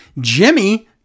Jimmy